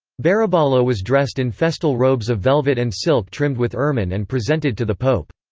baraballo was dressed in festal robes of velvet and silk trimmed with ermine and presented to the pope.